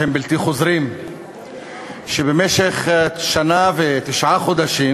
שהם בלתי חוזרים שבמשך שנה ותשעה חודשים